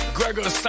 Gregor